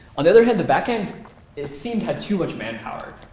on the other hand, the backend it seemed had too much manpower.